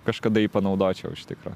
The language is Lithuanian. kažkada jį panaudočiau iš tikro